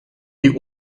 die